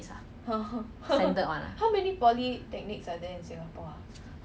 ya but if only top four only if